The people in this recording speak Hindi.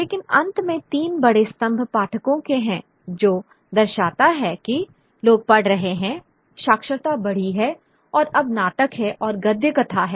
लेकिन अंत में तीन बड़े स्तंभ पाठकों के हैं जो दर्शाता है कि लोग पढ़ रहे हैं साक्षरता बढ़ी है और अब नाटक है और गद्य कथा है